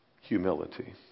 Humility